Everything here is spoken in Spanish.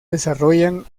desarrollan